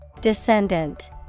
Descendant